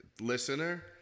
listener